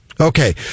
Okay